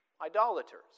idolaters